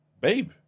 Babe